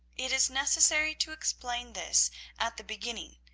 it is necessary to explain this at the beginning,